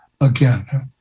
again